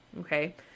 Okay